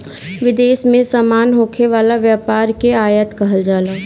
विदेश में सामान होखे वाला व्यापार के आयात कहल जाला